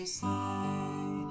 say